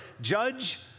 judge